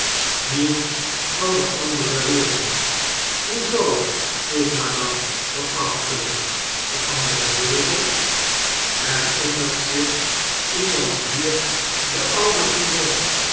nieuws van de andere wereld hoe zoo vroeg madame verachtelyjk de andere wereld herinnert zich iemand hier den ouden foulon